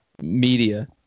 media